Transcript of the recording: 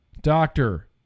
doctor